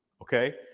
okay